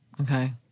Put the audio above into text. okay